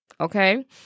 okay